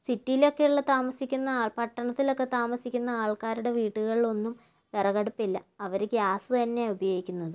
സിറ്റിയിലൊക്കെയുള്ള താമസിക്കുന്ന പട്ടണത്തിലൊക്കെ താമസിക്കുന്ന ആൾക്കാരുടെ വീടുകളിലൊന്നും വിറകടുപ്പില്ല അവര് ഗ്യാസ് തന്നെയാ ഉപയോഗിക്കുന്നത്